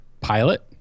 pilot